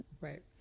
Right